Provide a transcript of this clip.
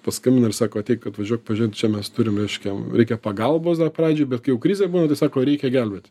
paskambina ir sako ateik atvažiuok pažiūrėk čia mes turim reiškia reikia pagalbos dar pradžioj bet jau krizė būna tai sako reikia gelbėti